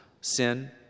sin